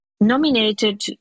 nominated